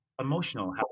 emotional